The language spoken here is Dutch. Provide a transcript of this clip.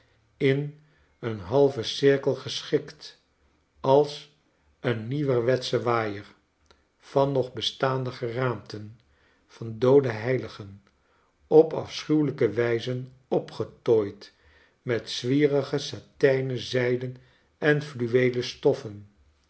in een halven cirkel geschikt als een nieuwerwetsche waaier van nog bestaande geraamten van doode heiligen op afschuwelijke wijze opgetooid met zwierige satijnen zijden en fluweelen stoffen